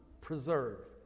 preserve